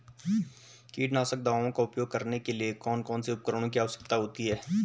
कीटनाशक दवाओं का उपयोग करने के लिए कौन कौन से उपकरणों की आवश्यकता होती है?